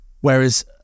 Whereas